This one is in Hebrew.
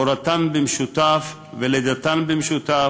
הורתן במשותף ולידתן במשותף,